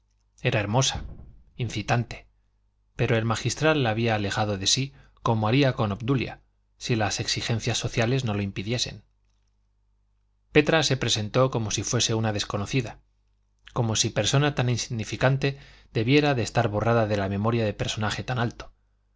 era hermosa incitante pero el magistral la había alejado de sí como haría con obdulia si las exigencias sociales no lo impidiesen petra se presentó como si fuese una desconocida como si persona tan insignificante debiera de estar borrada de la memoria de personaje tan alto